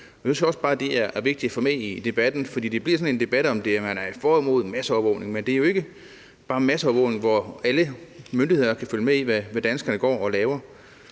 Jeg synes bare, det er vigtigt at få med i debatten, for det bliver ellers sådan en debat om, om man er for eller imod masseovervågning. Men der er jo ikke bare tale om masseovervågning, hvor alle myndigheder kan følge med i, hvad danskerne går og laver.